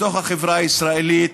בתוך החברה הישראלית,